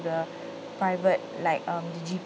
the private like um the